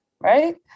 right